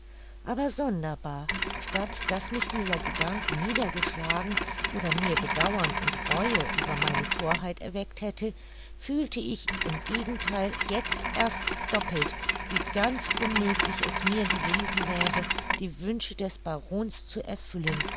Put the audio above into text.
aber sonderbar statt daß mich dieser gedanke niedergeschlagen oder mir bedauern und reue über meine thorheit erweckt hätte fühlte ich im gegentheil jetzt erst doppelt wie ganz unmöglich es mir gewesen wäre die wünsche des barons zu erfüllen